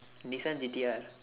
nissan G_T_R